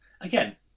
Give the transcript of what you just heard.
again